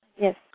Yes